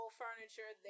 furniture